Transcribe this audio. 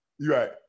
Right